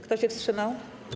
Kto się wstrzymał?